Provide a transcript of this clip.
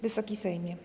Wysoki Sejmie!